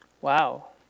Wow